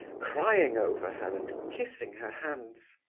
crying over her and kissing her hands.